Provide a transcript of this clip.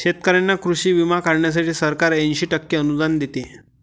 शेतकऱ्यांना कृषी विमा काढण्यासाठी सरकार ऐंशी टक्के अनुदान देते